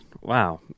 Wow